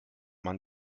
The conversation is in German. man